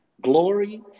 glory